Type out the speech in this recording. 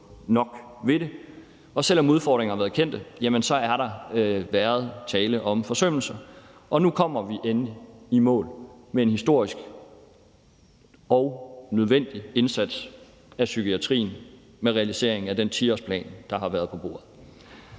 nok ved det. Selv om udfordringerne har været kendte, har der været tale om forsømmelser, og nu kommer vi endelig i mål med en historisk og nødvendig indsats for psykiatrien med realisering af den 10-årsplan, der har været på bordet.